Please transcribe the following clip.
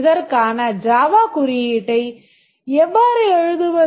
இதற்கான ஜாவா குறியீட்டை எவ்வாறு எழுதுவது